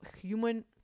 human